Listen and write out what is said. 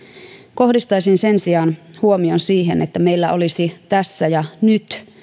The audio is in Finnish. kohdistaisin sen sijaan huomion siihen että meillä olisi tässä ja nyt